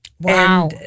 Wow